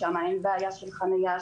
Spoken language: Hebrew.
שם אין בעיה של חניה,